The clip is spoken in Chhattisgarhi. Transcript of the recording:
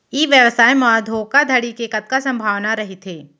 ई व्यवसाय म धोका धड़ी के कतका संभावना रहिथे?